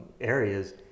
areas